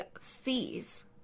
fees